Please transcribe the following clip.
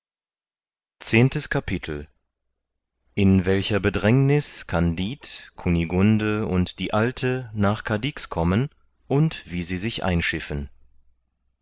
zehntes kapitel in welcher bedrängniß kandid kunigunde und die alte nach cadix kommen und wie sie sich einschiffen